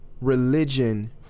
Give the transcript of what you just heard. religion